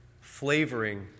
flavoring